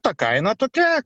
ta kaina tokia